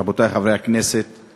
רבותי חברי הכנסת,